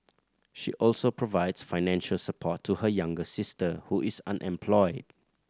she also provides financial support to her younger sister who is unemployed